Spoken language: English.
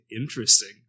Interesting